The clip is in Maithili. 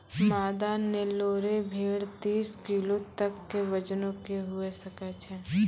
मादा नेल्लोरे भेड़ तीस किलो तक के वजनो के हुए सकै छै